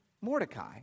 Mordecai